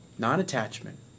non-attachment